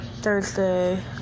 Thursday